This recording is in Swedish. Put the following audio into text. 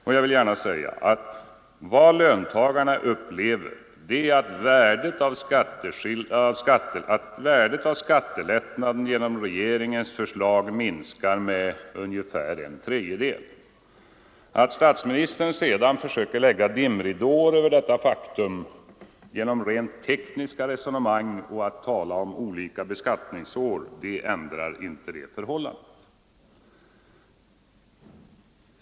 Och vad löntagarna upplever starkast är just att värdet av skattelättnaden genom regeringens förslag minskar med ungefär en tredjedel. Att statsministern sedan försöker lägga dimridåer över detta faktum med rent tekniska resonemang och genom att tala om olika beskattningsår ändrar inte det förhållandet.